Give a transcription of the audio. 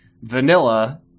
vanilla-